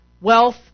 wealth